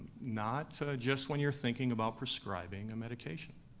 not just when you're thinking about prescribing a medication.